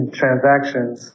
transactions